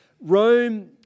Rome